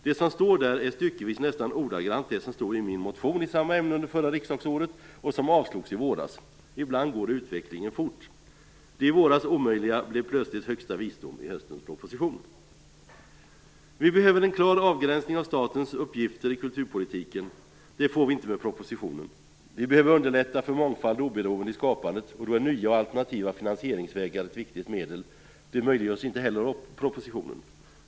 Det som står där är styckevis nästan ordagrant det som stod i min motion i samma ämne under förra riksdagsåret som avslogs i våras. Ibland går utvecklingen fort. Det i våras omöjliga blev plötsligt högsta visdom i höstens proposition. Vi behöver en klar avgränsning av statens uppgifter i kulturpolitiken. Det får vi inte med propositionen. Vi behöver underlätta för mångfald och oberoende i skapandet. Då är nya och alternativa finansieringsvägar ett viktigt medel. Det möjliggörs inte heller i propositionen.